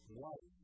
life